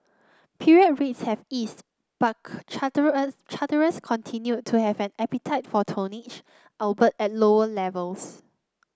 period rates have eased but charterers continued to have an appetite for tonnage albeit at lower levels